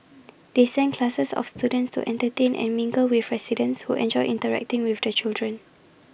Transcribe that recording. they send classes of students to entertain and mingle with residents who enjoy interacting with the children